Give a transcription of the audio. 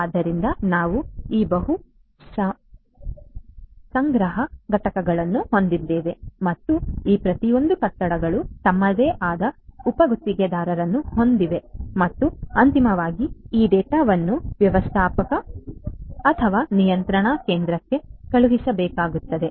ಆದ್ದರಿಂದ ನಾವು ಈ ಬಹು ಸಂಗ್ರಹ ಘಟಕಗಳನ್ನು ಹೊಂದಿದ್ದೇವೆ ಮತ್ತು ಈ ಪ್ರತಿಯೊಂದು ಕಟ್ಟಡಗಳು ತಮ್ಮದೇ ಆದ ಉಪ ಗುತ್ತಿಗೆದಾರರನ್ನು ಹೊಂದಿವೆ ಮತ್ತು ಅಂತಿಮವಾಗಿ ಈ ಡೇಟಾವನ್ನು ವ್ಯವಸ್ಥಾಪಕ ವ್ಯವಸ್ಥಾಪಕ ಅಥವಾ ನಿಯಂತ್ರಣ ಕೇಂದ್ರಕ್ಕೆ ಕಳುಹಿಸಬೇಕಾಗುತ್ತದೆ